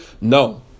No